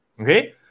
okay